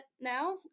now